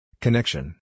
Connection